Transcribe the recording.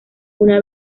una